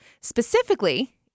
specifically